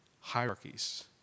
hierarchies